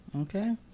okay